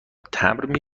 تمبر